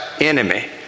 enemy